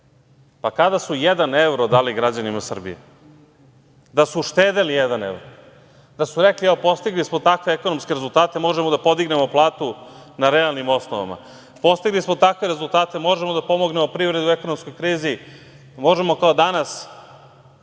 Pa kada su jedan evro dali građanima Srbije, da su uštedeli jedan evro, da su rekli - evo, postigli smo takve ekonomske rezultate, možemo da podignemo platu na realnim osnovama? Postigli smo takve rezultate, da možemo da pomognemo privredu u ekonomskoj krizi. Možemo kao danas,